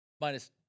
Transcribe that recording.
Minus